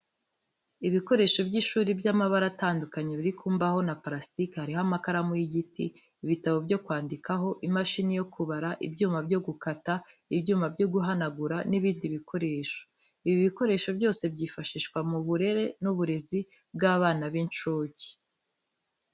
Ibikoresho by'ishuri by'amabara atandukanye, biri ku mbaho na parasitike. Hariho amakaramu y'igiti, ibitabo byo kwandikaho, imashini yo kubara, ibyuma byo gukata, ibyuma byo guhanagura n'ibindi bikoresho. Ibi bikoresho byose byifashishwa mu burere n'uburezi bw'abana b'incuke.